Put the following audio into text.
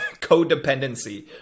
codependency